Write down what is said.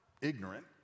ignorant